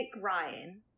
Ryan